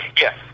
Yes